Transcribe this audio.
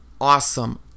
awesome